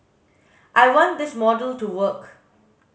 I want this model to work